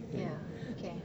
ya okay